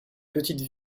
petite